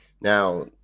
Now